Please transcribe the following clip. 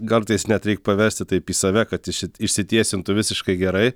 kartais net reik paversti taip į save kad išsi išsitiesintų visiškai gerai